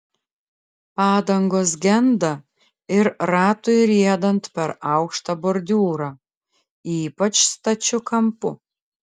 padangos genda ir ratui riedant per aukštą bordiūrą ypač stačiu kampu